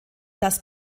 das